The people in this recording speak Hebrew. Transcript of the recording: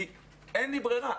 כי אין לי ברירה.